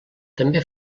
també